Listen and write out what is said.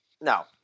no